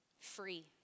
Free